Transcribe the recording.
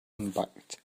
impact